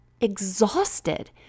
exhausted